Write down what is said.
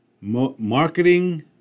Marketing